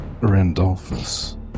Randolphus